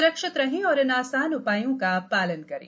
सुरक्षित रहें और इन आसान उपायों का पालन करें